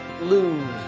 lose